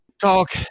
talk